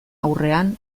aurrean